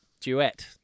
Duet